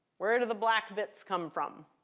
where do the black bits come from?